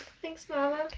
thanks mama!